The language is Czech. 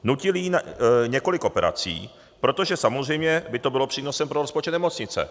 Nutili jí několik operací, protože samozřejmě by to bylo přínosem pro rozpočet nemocnice.